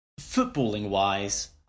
footballing-wise